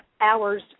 hours